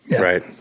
right